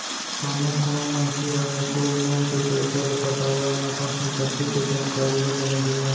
कानो कोनो मनसे ह न तो लोन के पइसा ल पटावय न अपन संपत्ति के जानकारी ल बने देवय